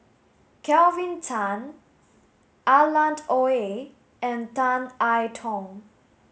Kelvin Tan Alan the Oei and Tan I Tong